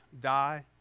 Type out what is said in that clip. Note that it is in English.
die